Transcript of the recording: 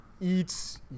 Eats